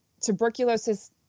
Tuberculosis